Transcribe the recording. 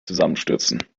zusammenstürzen